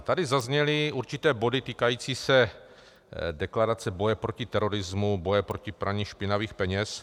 Tady zazněly určité body týkající se deklarace boje proti terorismu, boje proti praní špinavých peněz.